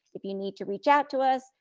if you need to reach out to us,